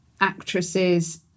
actresses